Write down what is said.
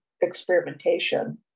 experimentation